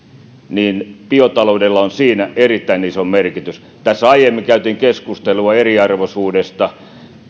biotaloudella on erittäin iso merkitys tässä aiemmin käytiin keskustelua eriarvoisuudesta